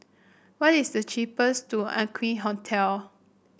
what is the cheapest to Aqueen Hotel